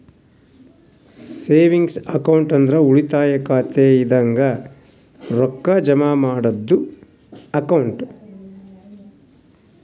savings account ಅಂದ್ರ ಉಳಿತಾಯ ಖಾತೆ ಇದಂಗ ರೊಕ್ಕಾ ಜಮಾ ಮಾಡದ್ದು ಅಕೌಂಟ್